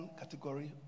category